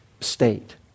state